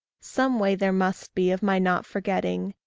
some way there must be of my not forgetting,